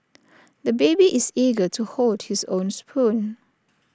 the baby is eager to hold his own spoon